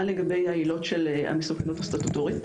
לגבי העילות של המסוכנות הסטטוטורית.